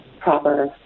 proper